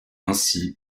ainsi